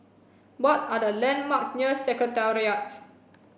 what are the landmarks near Secretariat